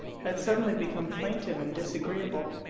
had suddenly become plaintive and disagreeable.